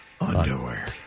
Underwear